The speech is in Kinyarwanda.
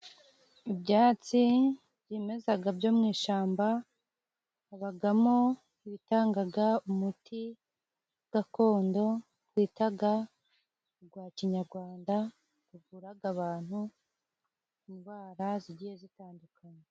Ibyatsi byimezaga byo mu ishamba. Habagamo ibikangaga umuti gakondo bitaga ugwa kinyagwanda, guvuraga abantu ingwara zigiye zitandukanye.